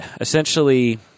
essentially –